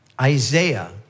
Isaiah